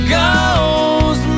goes